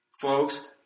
folks